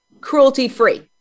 cruelty-free